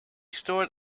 stored